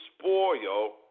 spoil